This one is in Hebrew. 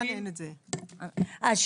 מה היה עם המוגבלויות והנשים?